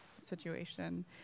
situation